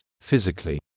physically